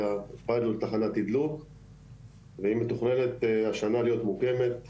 פיילוט תחנת תדלוק והיא מתוכננת להיות מוקמת השנה,